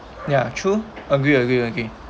ya true agree agree agree